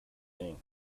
thing